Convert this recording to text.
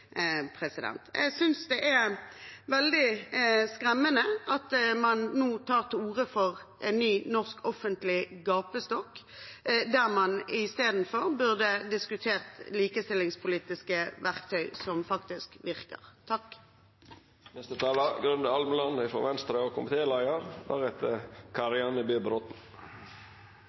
Jeg synes det er veldig skremmende at man nå tar til orde for en ny norsk offentlig gapestokk, når man i stedet for burde ha diskutert likestillingspolitiske verktøy som faktisk virker.